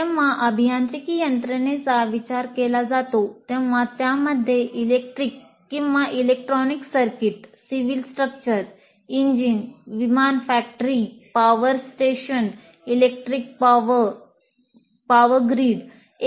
जेव्हा अभियांत्रिकी यंत्रणेचा विचार केला जातो तेव्हा त्यामध्ये इलेक्ट्रिक